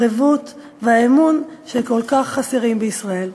הערבות והאמון שכל כך חסרים בישראל.